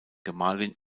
gemahlin